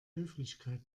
höflichkeit